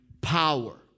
power